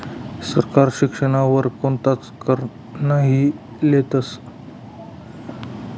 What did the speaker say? सरकार शिक्षण वर कोणताच कर नही लेतस